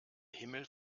himmel